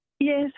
Yes